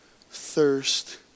thirst